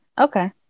Okay